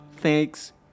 thanks